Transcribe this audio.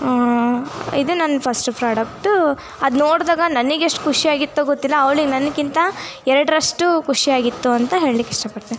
ಇದು ನನ್ನ first product ಅದು ನೋಡಿದಾಗ ನನಗೆಷ್ಟು ಖುಷಿ ಆಗಿತ್ತೋ ಗೊತ್ತಿಲ್ಲ ಅವ್ಳಿಗೆ ನನ್ಗಿಂತ ಎರಡರಷ್ಟು ಖುಷಿ ಆಗಿತ್ತು ಅಂತ ಹೇಳ್ಲಿಕ್ಕೆ ಇಷ್ಟ ಪಡ್ತೀನಿ